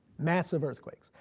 massive earthquakes.